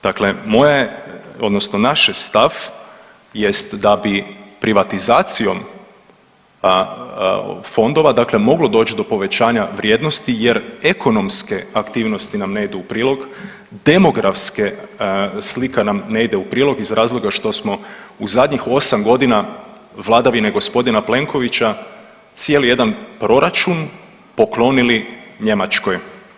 Dakle moja je, odnosno naš je stav, jest da bi privatizacijom fondova dakle moglo doći do povećanjem vrijednosti jer ekonomske aktivnosti nam ne idu u prilog, demografske slika nam ne ide u prilog iz razloga što smo u zadnjih 8 godina vladavine g. Plenkovića cijeli jedan proračuna poklonili Njemačkoj.